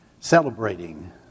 celebrating